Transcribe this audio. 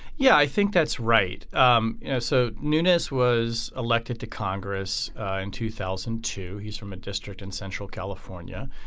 yeah i think that's right. um you know so nunez was elected to congress in two thousand and two. he's from a district in central california.